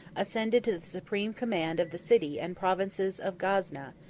ascended to the supreme command of the city and provinces of gazna,